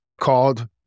called